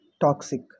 toxic